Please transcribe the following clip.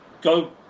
go